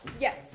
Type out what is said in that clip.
Yes